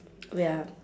wait ah